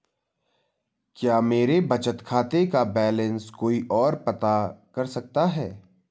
क्या मेरे बचत खाते का बैलेंस कोई ओर पता कर सकता है?